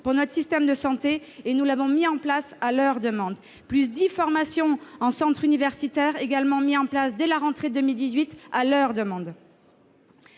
pour notre système de santé, que nous avons mise en place à leur demande. Dix formations en centres universitaires seront également mises en place, dès la rentrée 2018, à leur demande.